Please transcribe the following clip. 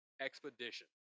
Expedition